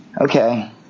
Okay